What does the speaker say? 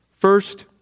First